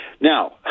Now